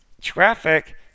traffic